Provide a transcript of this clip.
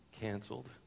canceled